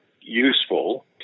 useful